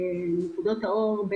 נקודות האור נמדדות,